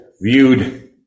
viewed